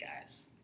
guys